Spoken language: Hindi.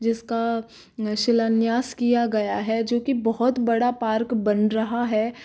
जिसका शिलान्याश किया गया है जो की बहुत बड़ा पार्क बन रहा है